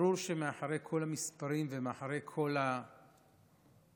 ברור שמאחורי כל המספרים ומאחורי כל התחזיות